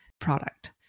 product